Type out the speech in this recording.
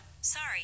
Sorry